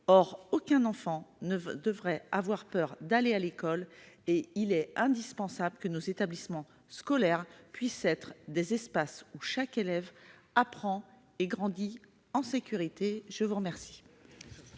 Aucun enfant ne devrait avoir peur d'aller à l'école. Il est indispensable que nos établissements scolaires puissent être des espaces où chaque élève apprend et grandit en sécurité. Très bien